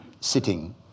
sitting